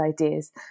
ideas